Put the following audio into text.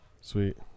Sweet